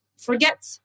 forget